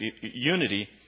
unity